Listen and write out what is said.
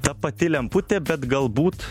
ta pati lemputė bet galbūt